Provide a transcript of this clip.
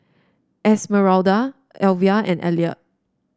Esmeralda Alvia and Elliot